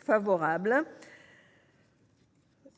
favorable